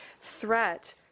threat